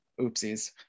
Oopsies